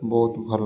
ବହୁତ ଭଲ